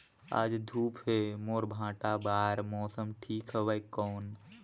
आज धूप हे मोर भांटा बार मौसम ठीक हवय कौन?